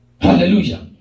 Hallelujah